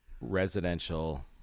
residential